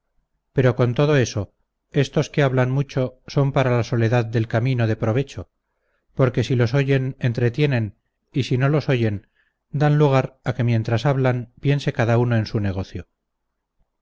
pero con todo eso estos que hablan mucho son para la soledad del camino de provecho porque si los oyen entretienen y si no los oyen dan lugar a que mientras hablan piense cada uno en su negocio